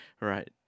Right